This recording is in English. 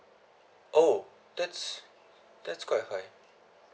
oh that's that's quite high